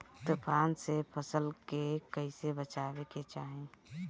तुफान से फसल के कइसे बचावे के चाहीं?